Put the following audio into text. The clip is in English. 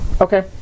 Okay